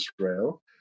Israel